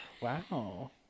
wow